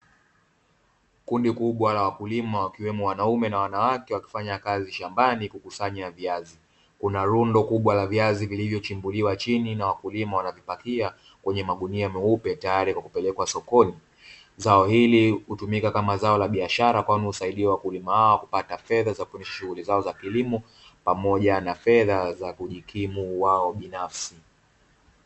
Kundi kubwa la wakulima wakiwemo wanaume na wanawake wakifanya kazi shambani kukusanya viazi, kuna rundo kubwa la viazi vilivyochimbuliwa chini na wakulima wanavipakia kwenye magunia meupe tayari kwa kupelekwa sokoni. Zao hili hutumika kama zao la biashara kwani husaidia wakulima hawa kupata fedha za kwenye shughuli zao za kilimo pamoja na fedha za kujikimu wao binafsi.